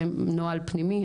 זה נוהל פנימי.